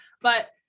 but-